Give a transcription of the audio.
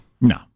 no